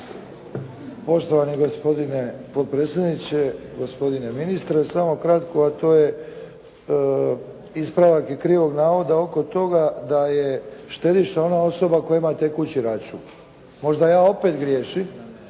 Poštovani gospodine potpredsjedniče, gospodine ministre. Samo kratko, a to je ispravak i krivog navoda oko toga da je štediša ona osoba koja ima tekući račun. Možda ja opet griješim,